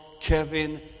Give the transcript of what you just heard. Kevin